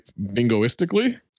bingoistically